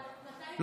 אבל מתי, של שר?